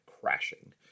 crashing